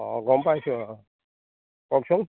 অঁ গম পাইছোঁ অঁ কওকচোন